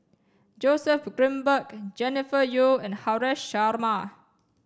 Joseph Grimberg Jennifer Yeo and Haresh Sharma